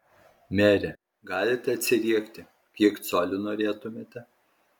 mere galite atsiriekti kiek colių norėtumėte